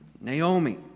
Naomi